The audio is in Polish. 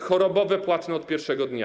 Chorobowe płatne od pierwszego dnia.